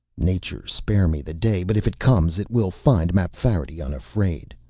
nature spare me the day! but if it comes it will find mapfarity unafraid.